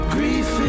Grief